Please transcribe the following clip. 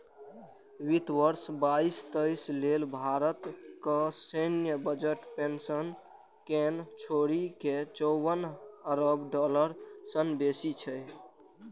वित्त वर्ष बाईस तेइस लेल भारतक सैन्य बजट पेंशन कें छोड़ि के चौवन अरब डॉलर सं बेसी छै